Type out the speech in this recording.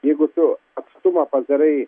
jeigu tu atstumą padarai